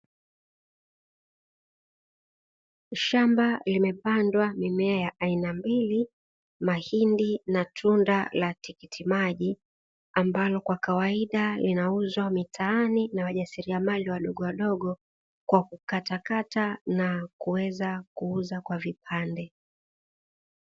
Shamba limepandwa mimea ya aina mbili mahindi na tunda la tikiti maji, ambalo kwa kawaida linauzwa mitaani na wajasiriamali wadogowadogo, kwa kukatakata na kuweza kuuza kwa vipande.